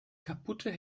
kaputte